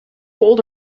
old